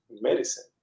medicine